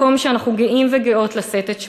מקום שאנחנו גאים וגאות לשאת את שמו,